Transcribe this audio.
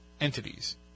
entities